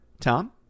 Tom